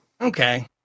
okay